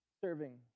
serving